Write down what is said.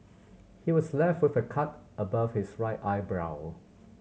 he was left with a cut above his right eyebrow